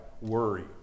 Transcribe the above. worry